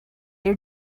your